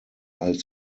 als